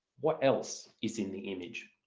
what else is in the image?